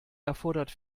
erfordert